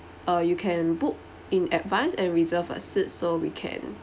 or you can book in advance and reserve a seat so we can